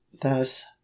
Thus